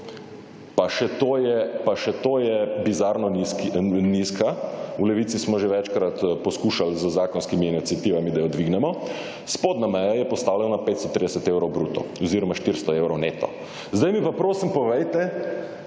Pa še to je bizarno nizka. V Levici smo že večkrat poskušal z zakonskimi iniciativami, da jo dvignemo. Spodnja meja je postavljena na 530 evrov bruto oziroma 400 evrov neto. Zdaj mi pa prosim povejte,